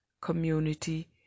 community